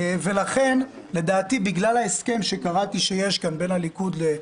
ולכן לדעתי בגלל ההסכם שקראתי שיש כאן בין הליכוד לכולנו,